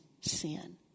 sin